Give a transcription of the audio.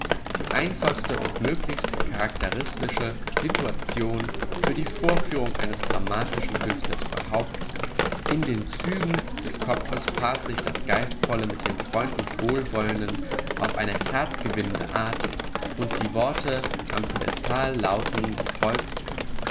die einfachste und möglichst charakteristische situation für die vorführung eines dramatischen künstlers überhaupt in den zügen des kopfes paart sich das geistvolle mit dem freundlich wohlwollenden auf eine herzgewinnende art und die worte am piedestal lauten wie folgt